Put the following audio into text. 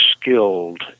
skilled